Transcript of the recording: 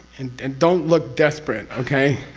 and don't look desperate. okay?